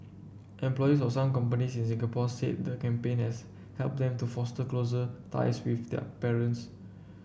employees of some companies in Singapore said the campaign has helped them to foster closer ties with their parents